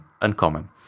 uncommon